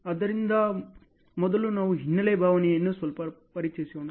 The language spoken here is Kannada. ಆದ್ದರಿಂದ ಮೊದಲು ನಾವು ಹಿನ್ನೆಲೆ ಭಾಗವನ್ನು ಸ್ವಲ್ಪ ಪರಿಚಯಿಸೋಣ